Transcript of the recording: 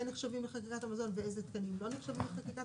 נחשבים לחקיקת המזון ואיזה תקנים לא נחשבים לחקיקת המזון.